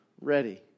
ready